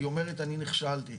היא אומרת: אני נכשלתי.